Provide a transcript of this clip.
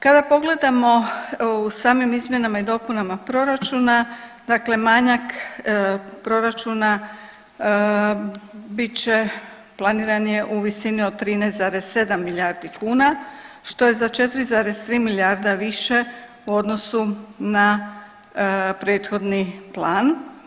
Kada pogledamo u samim izmjenama i dopunama proračuna dakle manjak proračuna bit će, planiran je u visini od 13,7 milijardi kuna što je za 4,3 milijarda više u odnosu na prethodni plan.